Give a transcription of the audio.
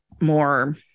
more